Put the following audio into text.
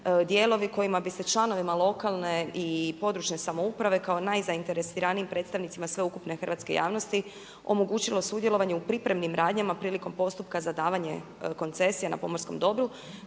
kojima bi se članovima lokalne i područne samouprave kao najzainteresiraniji predstavnicima sveukupne hrvatske javnosti omogućilo sudjelovanje u pripremim radnjama prilikom postupka za davanje koncesija na pomorskom dobru